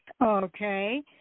Okay